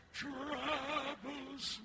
troubles